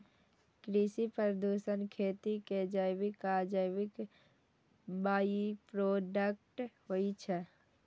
कृषि प्रदूषण खेती के जैविक आ अजैविक बाइप्रोडक्ट होइ छै